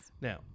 Now